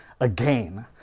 again